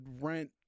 rent